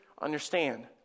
understand